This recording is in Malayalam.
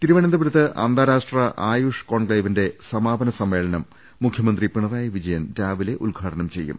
തിരുവനന്തപൂരത്ത് അന്താരാഷ്ട്ര ആയുഷ് കോൺക്ലേവിന്റെ സമാപന സമ്മേളനം മുഖ്യമന്ത്രി പിണറായി വിജയൻ രാവിലെ ഉദ്ഘാ ടനം ചെയ്യും